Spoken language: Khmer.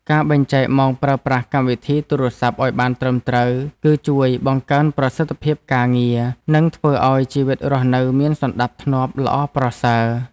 ការបែងចែកម៉ោងប្រើប្រាស់កម្មវិធីទូរសព្ទឱ្យបានត្រឹមត្រូវ គឺ ជួយបង្កើនប្រសិទ្ធភាពការងារ និង ធ្វើឱ្យជីវិតរស់នៅមានសណ្ដាប់ធ្នាប់ល្អប្រសើរ។